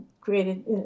created